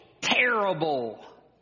terrible